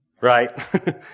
right